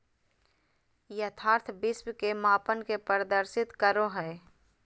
यथार्थ विश्व के मापन के प्रदर्शित करो हइ